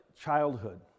childhood